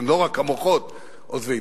לא רק המוחות עוזבים.